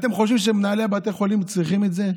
אתם חושבים שמנהלי בתי החולים צריכים את זה?